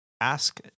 ask